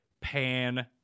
Pan